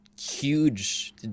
huge